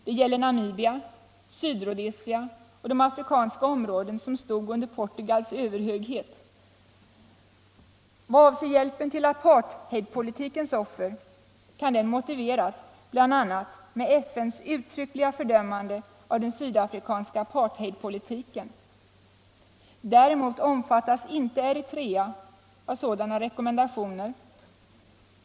Det gäller Namibia, Sydrhodesia och de afrikanska områden som stod under Portugals överhöghet. I vad avser hjälpen till apartheidpolitikens offer kan den motiveras bl.a. med FN:s uttryckliga fördömande av den sydafrikanska apartheidpolitiken. Däremot omfattas inte Eritrea av sådana rekommendationer.